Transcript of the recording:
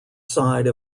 side